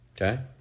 Okay